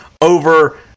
over